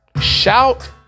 Shout